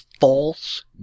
false